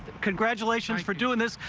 congratulations for doing this.